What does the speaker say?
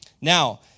Now